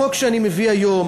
החוק שאני מביא היום,